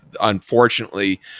unfortunately